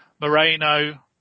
Moreno